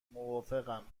موافقم